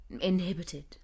Inhibited